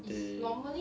they